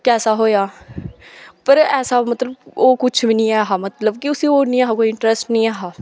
कैसा होएआ पर ऐसा मतलब ओह् कुछ बी नेईं हा मतलब कि उसी ओह नेईं हा कोई इंटरेस्ट नेईं हा